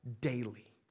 daily